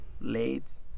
late